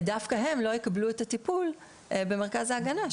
דווקא הם לא יקבלו את הטיפול במרכז ההגנה,